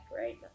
right